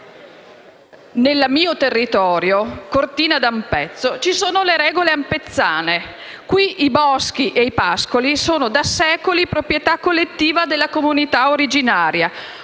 Nel mio territorio, Cortina d'Ampezzo, ci sono le regole ampezzane. I boschi e i pascoli sono, da secoli, proprietà collettiva della comunità originaria;